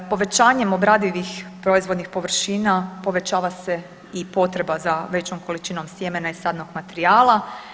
Povećanjem obradivih proizvodnih površina povećava se i potreba za većom količinom sjemena i sadnog materijala.